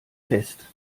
fest